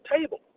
table